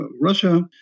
Russia